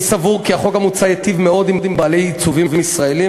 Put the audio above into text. אני סבור כי החוק המוצע ייטיב מאוד עם בעלי עיצובים ישראלים.